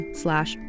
slash